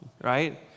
right